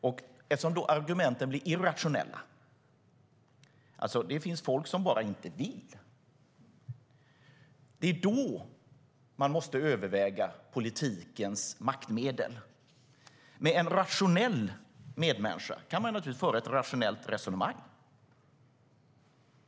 Det är när argumenten blir irrationella - det finns folk som bara inte vill - som man måste överväga politikens maktmedel. Med en rationell medmänniska kan man naturligtvis föra ett rationellt resonemang.